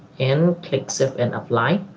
and click save and apply